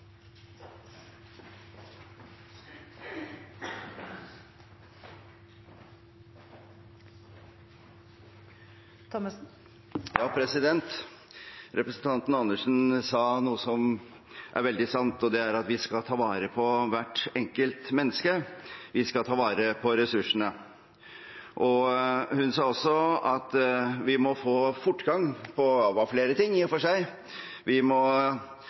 Andersen sa noe som er veldig sant – at vi skal ta vare på hvert enkelt menneske, vi skal ta vare på ressursene. Hun sa også at vi må få fortgang på – ja, det var i og for seg